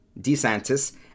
DeSantis